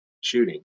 shooting